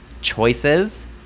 choices